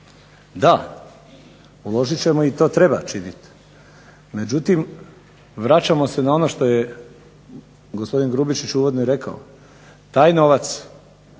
Da, uložit ćemo i to treba činiti, međutim vraćamo se na ono što je gospodin Grubišić uvodno i rekao, taj novac